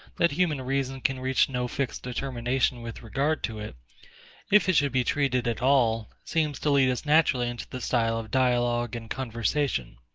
that human reason can reach no fixed determination with regard to it if it should be treated at all, seems to lead us naturally into the style of dialogue and conversation.